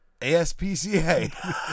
ASPCA